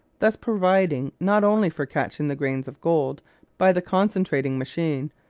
thus providing not only for catching the grains of gold by the concentrating machine,